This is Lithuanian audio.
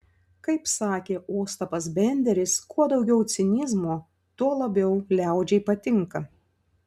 kaip sakė ostapas benderis kuo daugiau cinizmo tuo labiau liaudžiai patinka